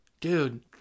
dude